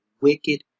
wicked